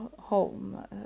home